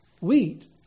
wheat